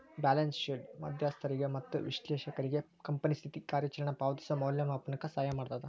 balance ಶೇಟ್ದ್ ಮಧ್ಯಸ್ಥಗಾರಿಗೆ ಮತ್ತ ವಿಶ್ಲೇಷಕ್ರಿಗೆ ಕಂಪನಿ ಸ್ಥಿತಿ ಕಾರ್ಯಚರಣೆ ಪಾವತಿಸೋ ಮೌಲ್ಯಮಾಪನಕ್ಕ ಸಹಾಯ ಮಾಡ್ತದ